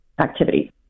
activity